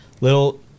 little